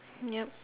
ya